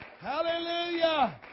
Hallelujah